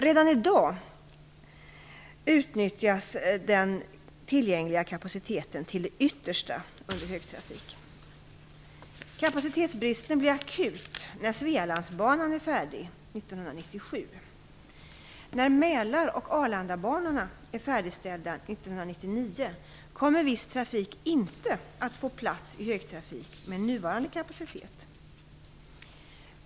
Redan i dag utnyttjas den tillgängliga kapaciteten till det yttersta under högtrafik. Kapacitetsbristen blir akut när Svealandsbanan är färdig 1997. När Mälaroch Arlandabanorna är färdigställda 1999 kommer viss trafik inte att få plats i högtrafik med nuvarande kapacitet.